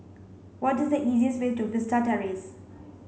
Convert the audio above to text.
what is the easiest way to Vista Terrace